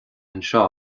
anseo